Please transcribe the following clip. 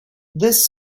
this